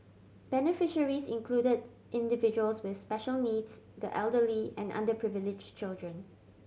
beneficiaries included individuals with special needs the elderly and underprivilege children